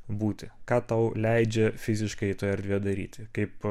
būti ką tau leidžia fiziškai toj erdvėje daryti kaip